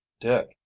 Dick